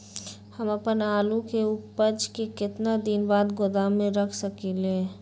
हम अपन आलू के ऊपज के केतना दिन बाद गोदाम में रख सकींले?